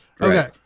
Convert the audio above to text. okay